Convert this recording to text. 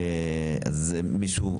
זה מישהו,